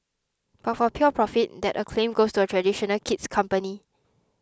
but for pure profit that acclaim goes to a traditional kid's company